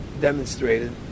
demonstrated